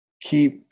Keep